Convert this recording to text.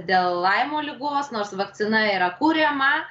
dėl laimo ligos nors vakcina yra kuriama